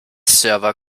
server